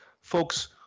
folks